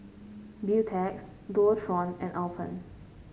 Beautex Dualtron and Alpen